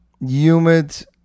humid